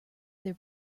their